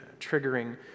triggering